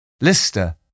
Lister